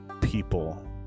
people